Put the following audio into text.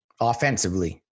offensively